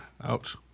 Ouch